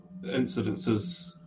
incidences